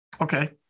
Okay